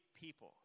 people